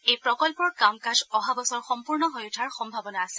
এই প্ৰকল্পৰ কাম কাজ অহা বছৰ সম্পূৰ্ণ হৈ উঠাৰ সম্ভাৱনা আছে